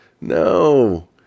No